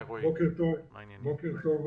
בוקר טוב עודד,